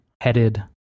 headed